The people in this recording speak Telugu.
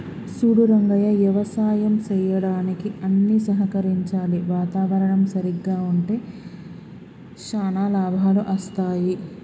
సూడు రంగయ్య యవసాయం సెయ్యడానికి అన్ని సహకరించాలి వాతావరణం సరిగ్గా ఉంటే శానా లాభాలు అస్తాయి